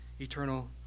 eternal